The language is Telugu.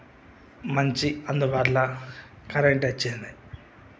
మంచి అందుబాటల కరెంట్ వచ్చింది